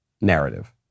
narrative